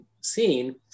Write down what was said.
seen